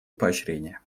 поощрения